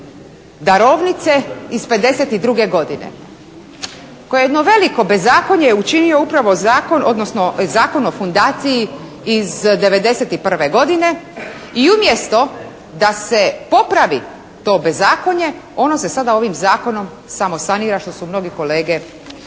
darovnice iz 52. godine koje je jedno veliko bezakonje učinio upravo zakon, odnosno Zakon o fundaciji iz 91. godine i umjesto da se popravi to bezakonje ono se sada ovim zakonom samo sanira što su mnogi kolege i